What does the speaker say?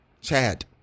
Chad